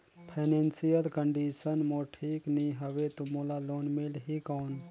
Financial condition मोर ठीक नी हवे तो मोला लोन मिल ही कौन??